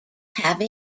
have